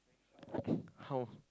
how